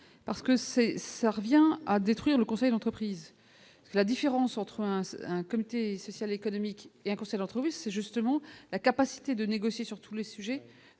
parce que c'est ça revient à détruire le conseil d'entreprise, la différence entre un comité social, économique et un conseil d'entreprise, c'est justement la capacité de négocier sur tous les sujets,